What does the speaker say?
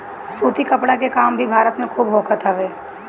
सूती कपड़ा के काम भी भारत में खूब होखत हवे